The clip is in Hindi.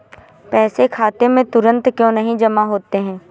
पैसे खाते में तुरंत क्यो नहीं जमा होते हैं?